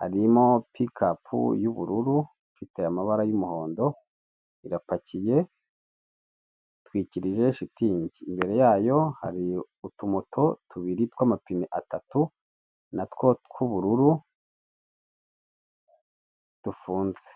harimo pikapu y'ubururu ifite amabara y'umuhondo, irapakiye itwikirije shitingi, imbere yayo hari utumoto tubiri tw'amapine atatu natwo tw'ubururu dufunze.